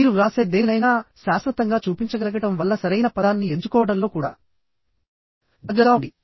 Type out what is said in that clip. మీరు వ్రాసే దేనినైనా శాశ్వతంగా చూపించగలగటం వల్ల సరైన పదాన్ని ఎంచుకోవడంలో కూడా జాగ్రత్తగా ఉండండి